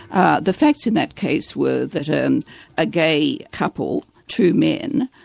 ah the facts in that case were that and a gay couple, two men,